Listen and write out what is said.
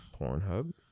Pornhub